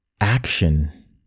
action